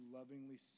lovingly